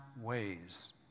ways